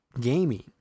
gaming